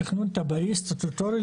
זה תכנון תב"עי סטטוטורי.